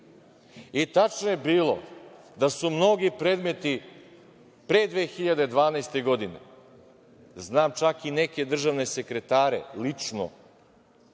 Tačno je bilo da su mnogi predmeti pre 2012. godine, znam čak i neke državne sekretare lično,